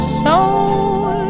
soul